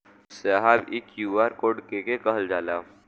साहब इ QR code के के कहल जाला?